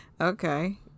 Okay